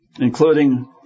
including